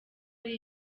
ari